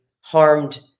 harmed